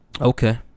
Okay